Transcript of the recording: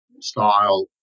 style